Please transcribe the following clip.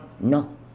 No